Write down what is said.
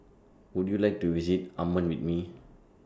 Would YOU like to visit Amman with Me